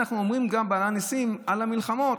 אנחנו אומרים ב"על הניסים" גם "על המלחמות"?